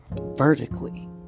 vertically